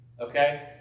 okay